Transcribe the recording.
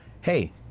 Hey